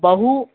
बहु